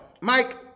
Mike